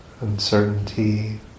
uncertainty